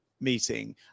meeting